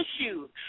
issues